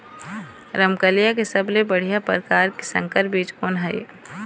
रमकलिया के सबले बढ़िया परकार के संकर बीज कोन हर ये?